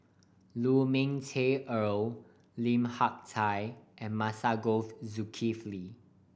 Lu Ming Teh Earl Lim Hak Tai and Masagos Zulkifli